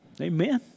Amen